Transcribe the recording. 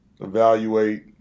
evaluate